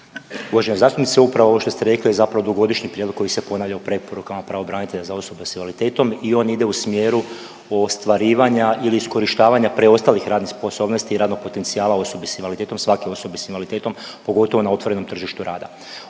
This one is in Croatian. Uvažena zastupnice, upravo ovo što ste rekli je zapravo dugogodišnji prijedlog koji se ponavlja u preporukama pravobranitelja za osobe s invaliditetom i on ide u smjeru ostvarivanja ili iskorištavanja preostalih radnih sposobnosti i radnog potencijala osobe s invaliditetom, svake osobe s invaliditetom, pogotovo na otvorenom tržištu rada.